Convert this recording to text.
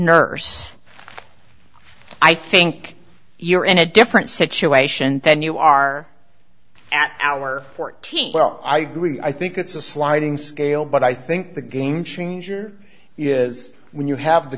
nurse i think you're in a different situation then you are at our th well i agree i think it's a sliding scale but i think the game changer is when you have the